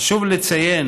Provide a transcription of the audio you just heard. חשוב לציין